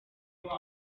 mbere